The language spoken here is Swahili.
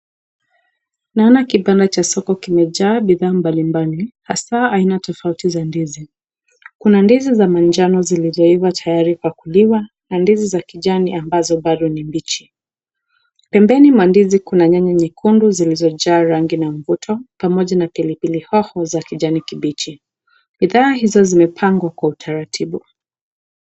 Naona kibanda cha soko kimejaa bidhaa mbalimbali hasa aina tofauti za ndizi. Kuna ndizi za manjano zenye zimeiva, tayari kukuliwa na ndizi za kijani ambazo bado ni mbichi. Pembeni mwa ndizi kuna nyanya nyekundu zilizojaa rangi na mvuto pamoja na pilipili hoho za kijani kibichi. Bidhaa hizo zimepangwa kwa utaratibu.